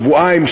שבועיים,